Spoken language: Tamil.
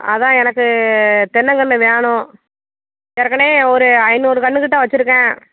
அதான் எனக்கு தென்னங்கன்று வேணும் ஏற்கனே ஒரு ஐநூறு கன்று கிட்ட வச்சுருக்கேன்